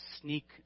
sneak